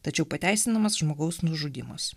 tačiau pateisinamas žmogaus nužudymas